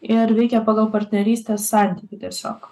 ir veikia pagal partnerystės santykį tiesiog